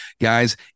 guys